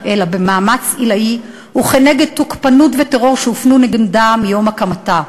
אלא במאמץ עילאי וכנגד תוקפנות וטרור שהופנו נגדה מיום הקמתה.